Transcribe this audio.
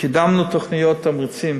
קידמנו תוכניות תמריצים